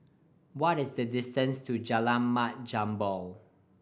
what is the distance to Jalan Mat Jambol